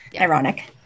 Ironic